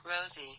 Rosie